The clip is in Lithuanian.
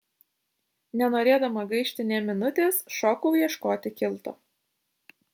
nenorėdama gaišti nė minutės šokau ieškoti kilto